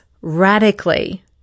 radically